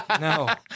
No